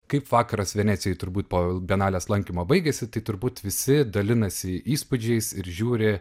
kaip vakaras venecijoj turbūt po begalės lankymo baigiasi tai turbūt visi dalinasi įspūdžiais ir žiūri